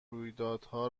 رویدادها